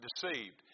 deceived